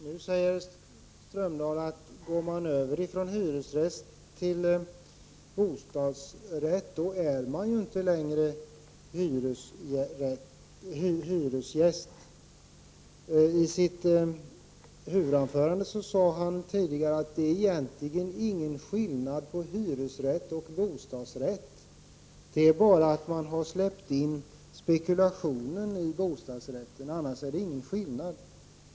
Herr talman! Jan Strömdahl säger nu att om man går över från hyresrätt till bostadsrätt är man inte längre hyresgäst. I sitt huvudanförande tidigare sade han att det egentligen inte är någon skillnad på hyresrätt och bostadsrätt. Det är bara det att man när det gäller bostadsrätten har släppt in spekulationen. Förutom detta finns ingen skillnad.